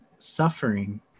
suffering